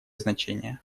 значение